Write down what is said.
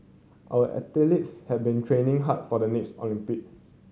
our athletes have been training hard for the next Olympics